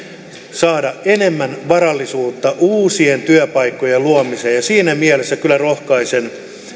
saada enemmän varallisuutta uusien työpaikkojen luomiseen siinä mielessä kyllä rohkaisen